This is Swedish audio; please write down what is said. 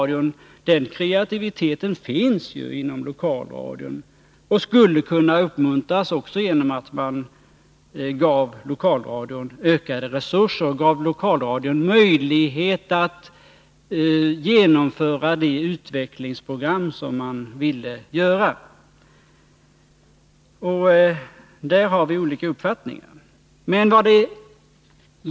Den kreativiteten finns redan inom lokalradion och skulle kunna uppmuntras genom att lokalradion fick ökade resurser och större möjligheter att genomföra det utvecklingsprogram som man vill få till stånd. Där har vi alltså olika uppfattningar.